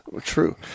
True